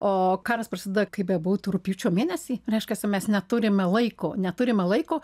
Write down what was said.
o karas prasideda kaip bebūtų rugpjūčio mėnesį reiškiasi mes neturime laiko neturime laiko